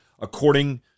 according